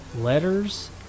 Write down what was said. letters